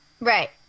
right